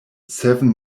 seven